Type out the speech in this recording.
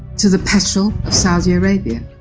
to the petrol of saudi arabia,